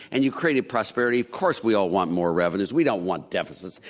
and you created prosperity, of course we all want more revenues, we don't want deficits.